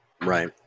right